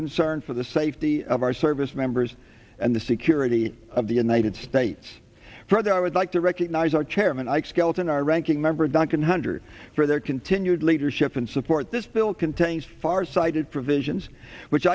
concern for the safety of our service members and the security of the united states for that i would like to recognize our chairman ike skelton our ranking member duncan hunter for their continued leadership in support this bill contains farsighted provisions which